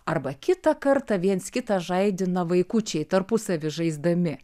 arba kitą kartą viens kitą žaidina vaikučiai tarpusavy žaisdami